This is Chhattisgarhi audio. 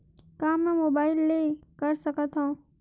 का मै मोबाइल ले कर सकत हव?